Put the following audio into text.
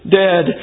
dead